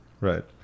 Right